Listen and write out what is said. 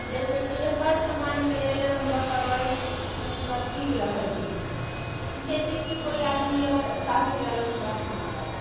जैसे कि हर सामानके लेल बतऽबै तऽ ठीक रहै छै जैसे कि कोइ आदमी अगर साथे एलहन हमरा खाना बनाबे